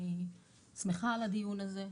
אני שמחה על הדיון הזה,